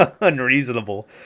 unreasonable